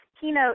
keynote